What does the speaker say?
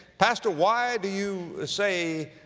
pastor, why do you, ah, say,